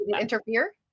interfere